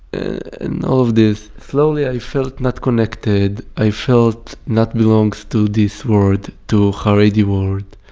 and of this. slowly i felt not connected. i felt not belongs to this world, to charedi world.